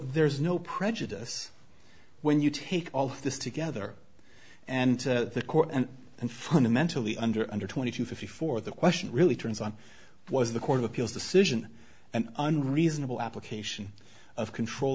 there's no prejudice when you take all this together and the court and and fundamentally under under twenty two fifty four the question really turns on was the court of appeals decision an unreasonable application of